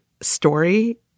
story